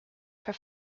for